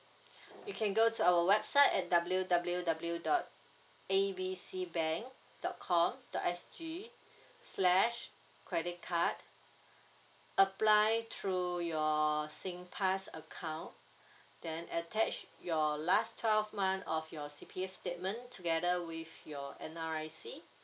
you can go to our website at W W W dot A B C bank dot com dot S_G slash credit card apply through your singpass account then attach your last twelve month of your C_P_F statement together with your N_R_I_C